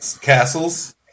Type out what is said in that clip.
castles